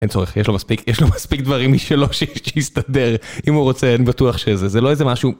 אין צורך, יש לו מספיק, יש לו מספיק דברים משלו, שיסתדר, אם הוא רוצה, אני בטוח שזה, זה לא איזה משהו...